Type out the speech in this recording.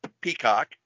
Peacock